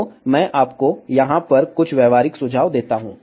तो मैं आपको यहाँ पर कुछ व्यावहारिक सुझाव देता हूँ